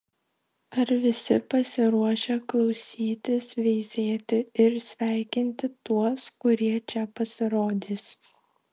ar visi pasiruošę klausytis veizėti ir sveikinti tuos kurie čia pasirodys